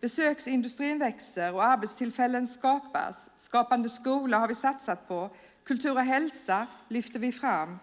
Besöksindustrin växer, och arbetstillfällen skapas. Vi har satsat på Skapande skola. Kultur och hälsa lyfter vi fram.